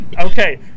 Okay